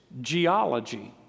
geology